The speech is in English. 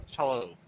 Hello